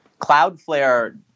Cloudflare